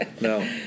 No